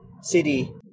city